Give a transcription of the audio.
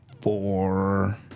four